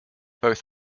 both